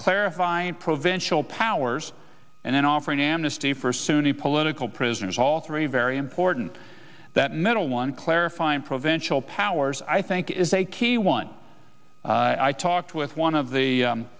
clarifying provincial powers and then offering amnesty for sunni political prisoners all three very important that middle one clarifying provincial powers i think is a key one i talked with one of the